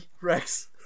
Rex